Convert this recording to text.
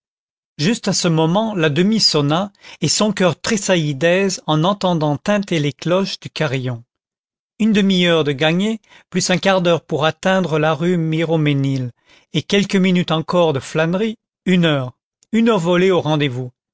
juste à ce moment la demie sonna et son coeur tressaillit d'aise en entendant tinter les cloches du carillon une demi-heure de gagnée plus un quart d'heure pour atteindre la rue miromesnil et quelques minutes encore de flânerie une heure une heure volée au rendez-vous